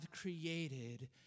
created